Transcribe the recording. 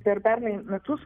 per pernai metus